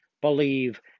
believe